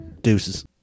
Deuces